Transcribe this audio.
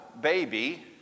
baby